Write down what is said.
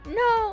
no